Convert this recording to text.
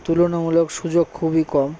তুলনামূলক সুযোগ খুবই কম